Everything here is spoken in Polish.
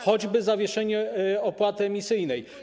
Choćby zawieszenie opłaty emisyjnej.